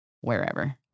wherever